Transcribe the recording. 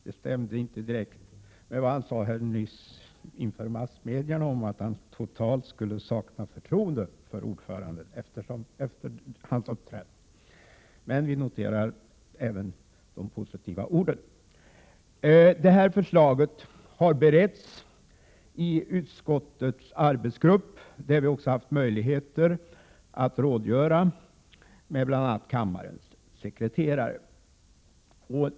Det stämmer inte direkt med vad han nyss uttalade inför massmedia, då han sade att han skulle totalt sakna förtroende för ordföranden efter dennes uppträdande. Men vi noterar även de positiva orden. Detta förslag har beretts i utskottets arbetsgrupp, där vi också har haft möjlighet att rådgöra med bl.a. kammarens sekreterare.